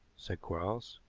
said quarles.